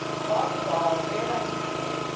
caught the ball fair on the end of it,